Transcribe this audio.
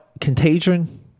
Contagion